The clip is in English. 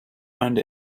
earned